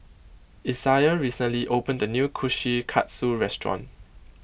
Isaiah recently opened a new Kushikatsu restaurant